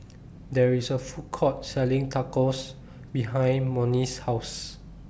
There IS A Food Court Selling Tacos behind Monnie's House